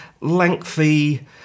lengthy